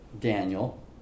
Daniel